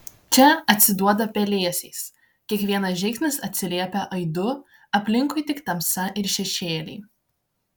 čia atsiduoda pelėsiais kiekvienas žingsnis atsiliepia aidu aplinkui tik tamsa ir šešėliai